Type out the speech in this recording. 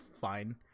fine